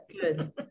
Good